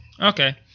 Okay